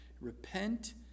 repent